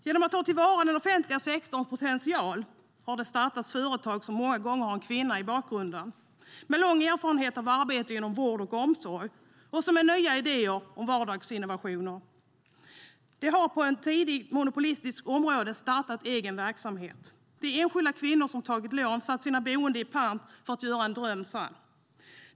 Genom att ta till vara den offentliga sektorns potential har det startats företag som många gånger har en kvinna med lång erfarenhet av arbete inom vård och omsorg i bakgrunden och som har nya idéer om vardagsinnovationer. De kvinnorna har startat egen verksamhet på ett tidigare monopolistiskt område. Det är enskilda kvinnor som har tagit lån och satt sina boenden i pant för att göra en dröm sann.